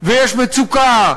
ויש מצוקה,